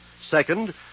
Second